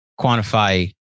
quantify